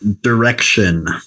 Direction